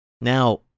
Now